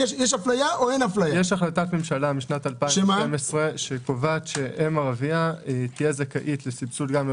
יש החלטת ממשלה משנת 2012 שקובעת שאם ערבייה תהיה זכאית לסבסוד גם אם